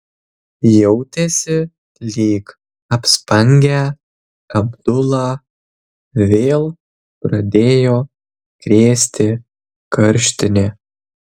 jautėsi lyg apspangę abdulą vėl pradėjo krėsti karštinė